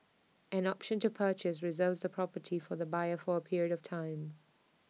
an option to purchase reserves the property for the buyer for A period of time